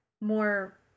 more